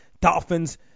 dolphins